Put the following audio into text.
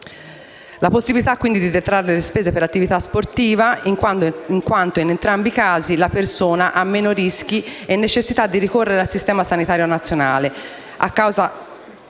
la possibilità di detrarre le spese per l'attività sportiva, in quanto la persona che la pratica ha meno rischi e necessità di ricorrere al Sistema sanitario nazionale